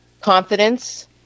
confidence